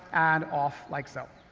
and off, like so.